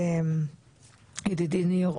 ידידי ניר,